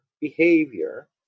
behavior